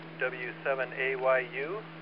W7AYU